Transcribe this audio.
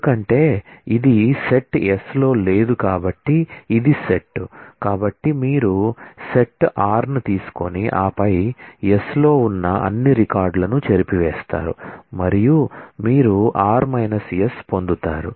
ఎందుకంటే ఇది set s లో లేదు కాబట్టి ఇది సెట్ కాబట్టి మీరు సెట్ r ను తీసుకొని ఆపై s లో ఉన్న అన్ని రికార్డులను చెరిపివేస్తారు మరియు మీరు r s పొందుతారు